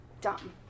dumb